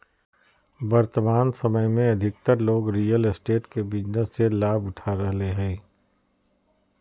वर्तमान समय में अधिकतर लोग रियल एस्टेट के बिजनेस से लाभ उठा रहलय हइ